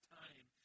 time